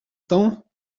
temps